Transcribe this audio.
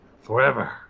forever